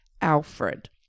Alfred